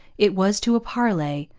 it was to a parley,